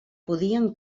podien